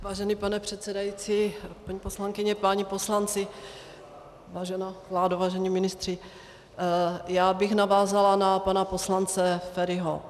Vážený pane předsedající, paní poslankyně, páni poslanci, vážená vládo, vážení ministři, já bych navázala na pana poslance Feriho.